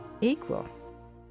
Equal